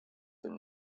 their